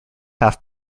half